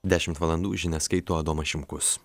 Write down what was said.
dešimt valandų žinias skaito adomas šimkus